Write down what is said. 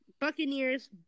Buccaneers